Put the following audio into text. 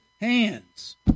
hands